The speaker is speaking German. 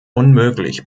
unmöglich